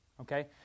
okay